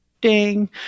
Ding